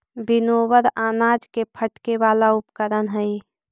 winnower अनाज के फटके वाला उपकरण हई